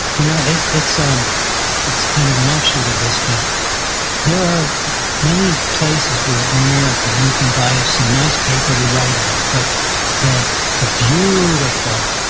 you know it's um it's kind of an offshoot of this, but there are many places where in america, you can buy some nice paper to write on, but the the beautiful,